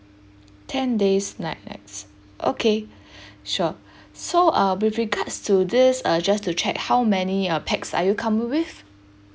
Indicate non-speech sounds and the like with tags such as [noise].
ten days nine nights okay [breath] sure so uh with regards to this uh just to check how many uh pax are you coming with